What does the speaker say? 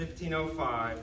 1505